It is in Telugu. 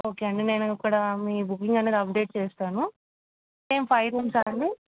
ఓకే అండి నేను ఇక్కడ మీ బుకింగ్ అనేది అప్డేట్ చేస్తాను సేమ్ ఫైవ్ రూమ్స్ అండి